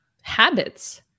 habits